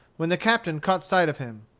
when the captain caught sight of him.